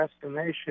destination